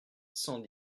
cent